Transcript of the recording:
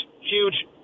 huge